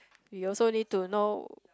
we also need to know